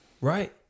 Right